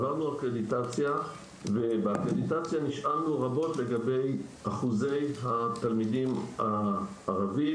בקרדיטציה נשאלנו רבות על שיעור התלמידים הערבים,